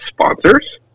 sponsors